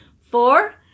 four